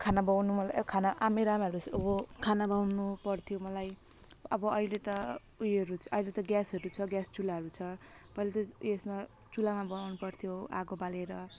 खाना बनाउनु मलाई ए खाना आमा मेरो आमाहरू खाना बनाउनु पर्थ्यो मलाई अब अहिले त उयोहरू अहिले त ग्यासहरू छ ग्यास चुल्हाहरू छ पहिला त यसमा चुल्हामा बनाउनु पर्थ्यो आगो बालेर